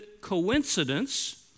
coincidence